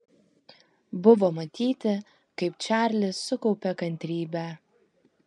buvo matyti kaip čarlis sukaupia kantrybę